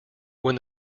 when